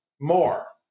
more